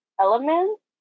elements